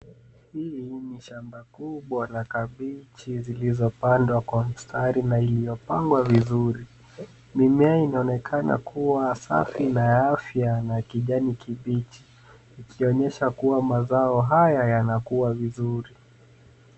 Hili ni shamba kubwa la kabichi zilizopandwa kwa mstari na iliyopangwa vizuri. Mimea inaonekana kuwa safi na ya afya na ya kijani kibichi ikionyesha kuwa mazao haya yanakua vizuri.